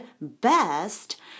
best